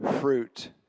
fruit